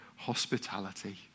Hospitality